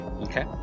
Okay